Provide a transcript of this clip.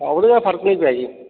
ਹਾਂ ਓਹਦੇ ਨਾਲ ਫਰਕ ਨਹੀਂ ਪਿਆ ਜੀ